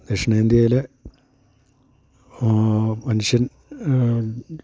ദക്ഷിണേന്ത്യയിൽ മനുഷ്യൻ